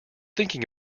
thinking